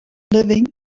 living